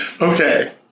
Okay